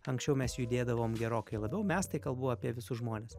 anksčiau mes judėdavom gerokai labiau mes tai kalbu apie visus žmones